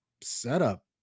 setup